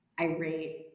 irate